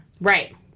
Right